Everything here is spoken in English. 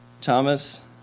Thomas